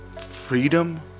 freedom